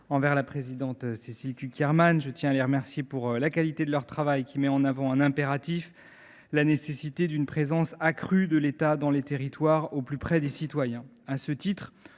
envers la présidente de mon groupe, Cécile Cukierman. Je tiens à les remercier pour la qualité de leur travail, qui met en avant un impératif, à savoir la nécessité d’une présence accrue de l’État dans les territoires, au plus près des citoyens.